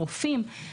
רופאים.